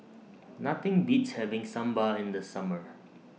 Nothing Beats having Sambar in The Summer